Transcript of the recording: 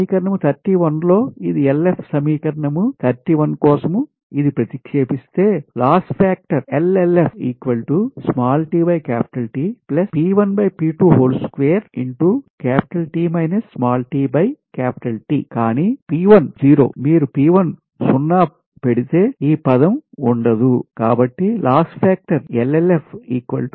సమీకరణం 31 లో ఇది LF సమీకరణం 31 కోసం ఇదిప్రతిక్షేపిస్తే లాస్ ఫాక్టర్ కానీ P 1 0 మీరు P 1 సున్నా పెడితే ఈ పదం ఉండదు కాబట్టి లాస్ ఫాక్టర్ కూడా 0